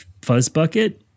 Fuzzbucket